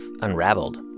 unraveled